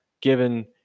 given